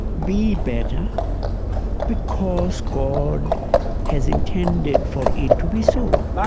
be better because god has intended for it to be so.